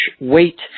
weight